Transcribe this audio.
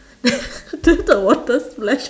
then then the water splash